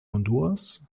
honduras